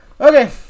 Okay